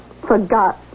forgot